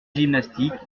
gymnastique